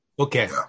Okay